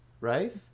right